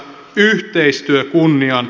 yhteistyö kunniaan